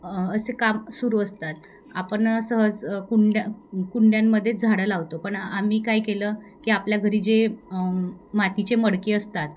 असे काम सुरू असतात आपन सहज कुंड्या कुंड्यांमध्येच झाडं लावतो पण आम्ही काय केलं की आपल्या घरी जे मातीचे मडकी असतात